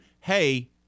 hey